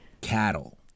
cattle